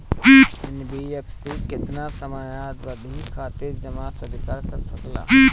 NBFC केतना समयावधि खातिर जमा स्वीकार कर सकला?